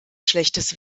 schlechtes